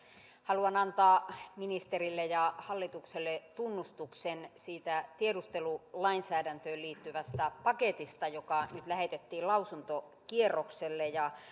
haluan antaa ministerille ja hallitukselle tunnustuksen siitä tiedustelulainsäädäntöön liittyvästä paketista joka nyt lähetettiin lausuntokierrokselle